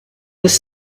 this